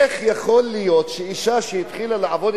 איך יכול להיות שאשה שהתחילה לעבוד,